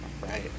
Right